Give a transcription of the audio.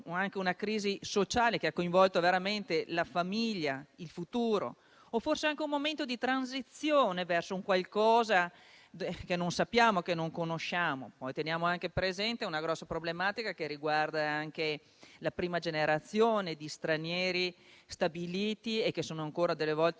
anche una crisi sociale che ha coinvolto veramente la famiglia e il futuro o forse anche un momento di transizione verso un qualcosa che non sappiamo e che non conosciamo. Teniamo anche presente una grossa problematica che riguarda la prima generazione di stranieri stabiliti che a volte